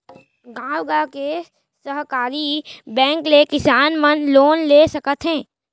गॉंव गॉंव के सहकारी बेंक ले किसान मन लोन ले सकत हे